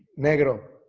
negro.